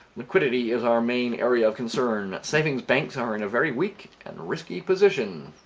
liquidity is our main area of concern. savings banks are in a very weak and risky position